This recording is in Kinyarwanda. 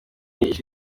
ishize